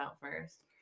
first